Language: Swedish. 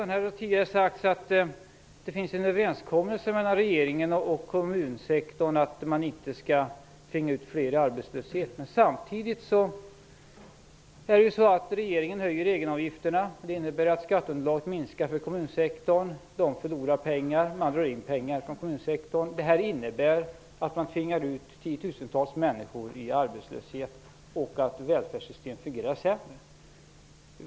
Det har tidigare sagts att det finns en överenskommelse mellan regeringen och kommunsektorn om att man inte skall tvinga ut fler i arbetslöshet. Men samtidigt höjer regeringen egenavgifterna. Det innebär att skatteunderlaget minskar för kommunsektorn. Pengar dras in från kommunsektorn, som förlorar pengar. Det innebär att tiotusentals människor tvingas ut i arbetslöshet och att välfärdssystemet fungerar sämre.